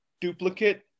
Duplicate